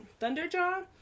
Thunderjaw